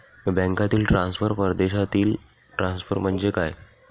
बँकांतील ट्रान्सफर, परदेशातील ट्रान्सफर म्हणजे काय?